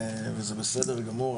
וזה בסדר גמור,